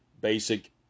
basic